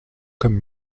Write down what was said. comme